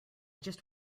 just